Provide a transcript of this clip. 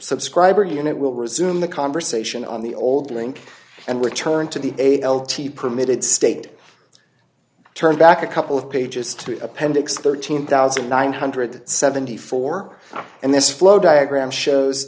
subscriber unit will resume the conversation on the old link and return to the a l t permitted state turned back a couple of pages to appendix thirteen thousand nine hundred and seventy four and this flow diagram shows